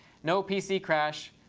no pc crash,